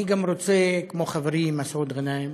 אני גם רוצה, כמו חברי מסעוד גנאים